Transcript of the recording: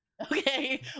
okay